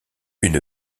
une